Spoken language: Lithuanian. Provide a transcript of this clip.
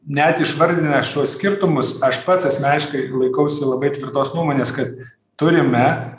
net išvardinę šiuos skirtumus aš pats asmeniškai laikausi labai tvirtos nuomonės kad turime